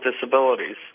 disabilities